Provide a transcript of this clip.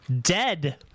dead